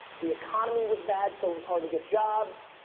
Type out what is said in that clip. the economy was bad, so it was hard to get jobs.